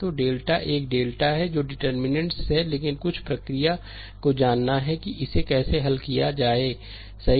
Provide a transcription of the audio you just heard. तो डेल्टा एक डेल्टा है जो डिटर्मिननेंट्स हैं लेकिन कुछ प्रक्रिया को जानना है कि इसे कैसे हल किया जाए सही